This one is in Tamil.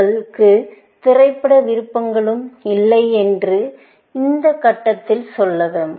உங்களுக்கு திரைப்பட விருப்பங்களும் இல்லை இன்று இந்த கட்டத்தில் சொல்வோம்